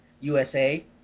USA